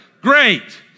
Great